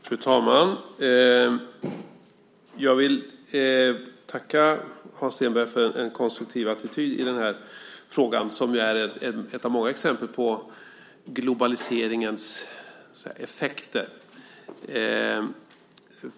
Fru talman! Jag vill tacka Hans Stenberg för en konstruktiv attityd i denna fråga som ju är ett av många exempel på globaliseringens effekter.